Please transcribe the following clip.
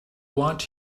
want